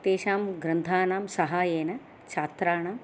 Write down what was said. तेषां ग्रन्थानां सहायेन छात्राणां